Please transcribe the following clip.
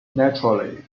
naturally